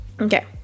okay